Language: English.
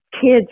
kids